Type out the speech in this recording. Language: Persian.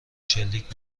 شلیک